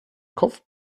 kopf